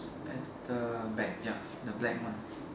at the back ya the black one